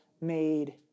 made